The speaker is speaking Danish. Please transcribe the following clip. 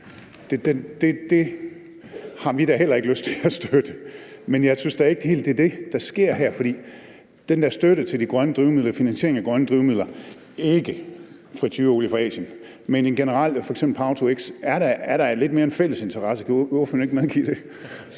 det har vi da heller ikke lyst til at støtte. Men jeg synes da ikke helt, det er det, der sker her, for den der støtte til de grønne drivmidler, finansieringen af grønne drivmidler, altså ikke fritureolie fra Asien, men generelt, f.eks. power-to-x, er da lidt mere en fælles interesse.